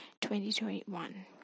2021